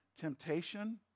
temptation